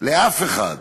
לאף אחד